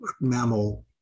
mammal